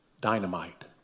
dynamite